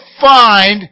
find